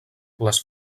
les